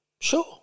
Sure